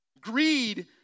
Greed